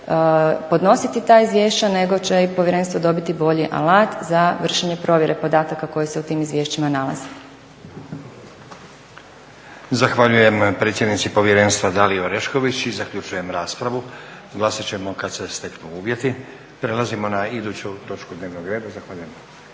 podnositi ta izvješća, nego će i Povjerenstvo dobiti bolji alat za vršenje provjere podataka koji se u tim izvješćima nalaze. **Stazić, Nenad (SDP)** Zahvaljujem predsjednici Povjerenstva, Daliji Orešković i zaključujem raspravu. Glasat ćemo kad se steknu uvjeti. **Stazić, Nenad (SDP)** Prelazimo na Izvješće